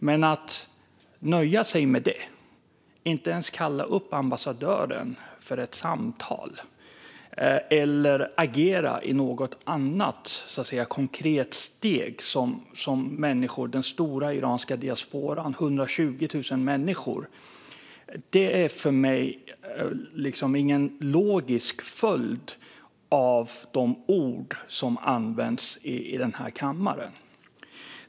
Men att nöja sig med det och inte ens kalla upp ambassadören för ett samtal eller agera genom något annat konkret steg - som människor i den stora iranska diasporan, 120 000 människor, vill se - är för mig ingen logisk följd av de ord som används i den här kammaren.